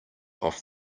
off